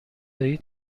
دارین